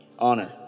Honor